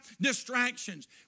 distractions